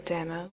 Demo